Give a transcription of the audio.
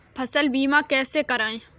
फसल बीमा कैसे कराएँ?